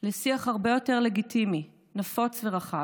לשיח הרבה יותר לגיטימי, נפוץ ורחב,